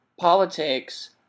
politics